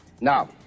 Now